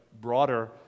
broader